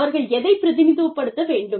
அவர்கள் எதைப் பிரதிநிதித்துவப்படுத்த வேண்டும்